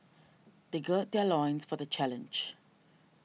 they gird their loins for the challenge